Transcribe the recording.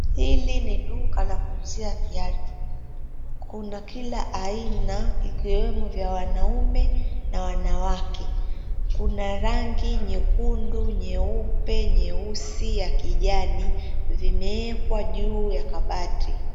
Hili ni duka la kuuzia viatu kuna kila aina ikiwemo vya wanaume na wanawake kuna rangi nyekundu, nyeupe, nyeusi ya kijani vimewekwa juu ya kabati.